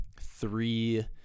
three